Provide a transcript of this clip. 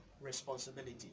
responsibility